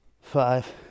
five